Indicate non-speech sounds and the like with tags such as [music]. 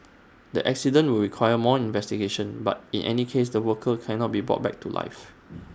the accident will require more investigation but in any case the worker cannot be brought back to life [noise]